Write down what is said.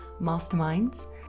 masterminds